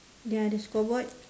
ya other scoreboard